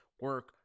Work